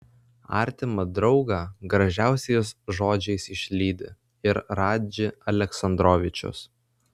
artimą draugą gražiausiais žodžiais išlydi ir radži aleksandrovičius